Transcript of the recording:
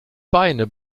beine